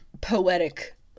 poetic